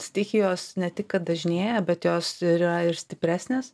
stichijos ne tik kad dažnėja bet jos yra ir stipresnės